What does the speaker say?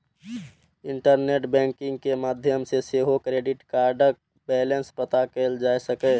internet banking के माध्यम सं सेहो क्रेडिट कार्डक बैलेंस पता कैल जा सकैए